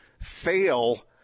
fail